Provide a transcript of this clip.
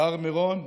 והר מירון,